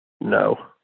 No